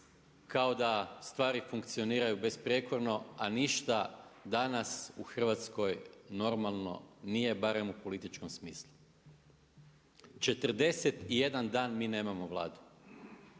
kao da stvari funkcioniraju besprijekorno a ništa danas u Hrvatskoj normalno nije, barem u politikom smislu. 41 dan mi nemamo Vladu,